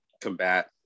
combat